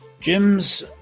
Jim's